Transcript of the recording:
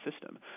system